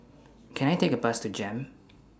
Can I Take A Bus to Jem